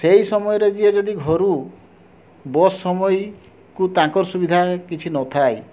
ସେଇ ସମୟରେ ଯିଏ ଯଦି ଘରୁ ବସ୍ ସମୟିକୁ ତାଙ୍କର ସୁବିଧା କିଛି ନଥାଏ